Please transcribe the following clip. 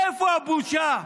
איפה הבושה,